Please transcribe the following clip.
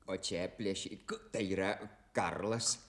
o čia plėšikai tai yra karlas